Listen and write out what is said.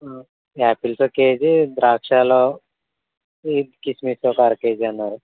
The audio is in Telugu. ఆపిల్స్ ఒక కేజీ ద్రాక్ష ఈ కిస్మిస్ ఒక అర కేజీ అన్నారు